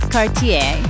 Cartier